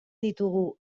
ditugu